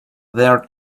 there